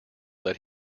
that